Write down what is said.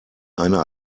eine